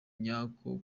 nyako